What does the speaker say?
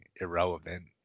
irrelevant